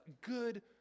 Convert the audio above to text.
good